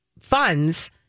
funds